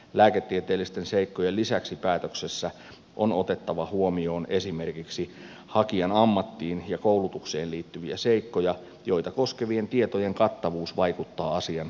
lääketieteellisten seikkojen lisäksi päätöksessä on otettava huomioon esimerkiksi hakijan ammattiin ja koulutukseen liittyviä seikkoja joita koskevien tietojen kattavuus vaikuttaa asian ratkaisuun